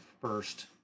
first